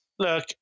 Look